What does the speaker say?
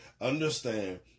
Understand